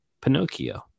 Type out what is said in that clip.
pinocchio